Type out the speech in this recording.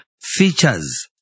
features